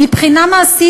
מבחינה מעשית,